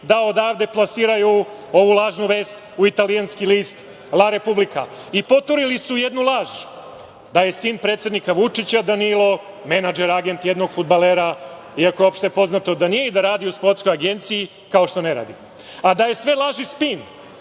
da odavde plasiraju ovu lažnu vest u italijanski list „La Republika“. Poturili su jednu laž da je sin predsednika Vučića, Danilo menadžer, agent jednog fudbalera iako je opšte poznato da nije i da radi u sportskoj agenciji, kao što ne radi. Da je sve laž i spin,